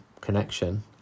connection